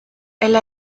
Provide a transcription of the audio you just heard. elle